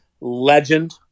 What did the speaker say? legend